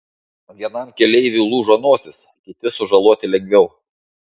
vienam keleiviui lūžo nosis kiti sužaloti lengviau